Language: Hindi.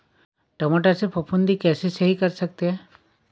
टमाटर से फफूंदी कैसे सही कर सकते हैं?